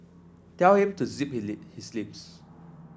tell him to zip his lips